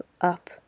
up